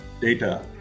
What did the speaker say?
data